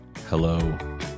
Hello